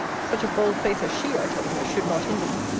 such a bold face, as she, i told her, should not hinder me.